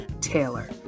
taylor